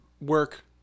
work